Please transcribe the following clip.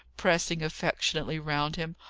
pressing affectionately round him.